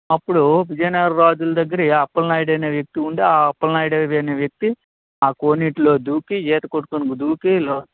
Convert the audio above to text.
అప్పుడు విజయనగర రాజుల దగ్గర అప్పలనాయుడు అనే వ్యక్తి ఉంటే ఆ అప్పలనాయుడు అనే వ్యక్తి ఆ కోనేటిలో దూకి ఈత కొట్టుకుని దూకి